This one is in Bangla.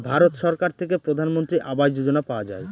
ভারত সরকার থেকে প্রধানমন্ত্রী আবাস যোজনা পাওয়া যায়